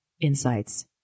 insights